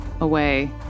away